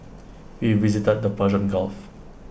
we visited the Persian gulf